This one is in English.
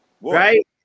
right